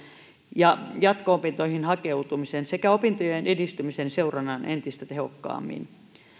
ja jatko opintoihin hakeutumisen sekä opintojen edistymisen seurannan entistä tehokkaammin